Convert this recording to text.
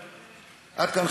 אבל עד כאן,